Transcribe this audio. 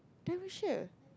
then which year